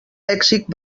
lèxic